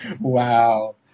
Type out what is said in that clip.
Wow